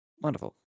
Wonderful